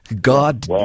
God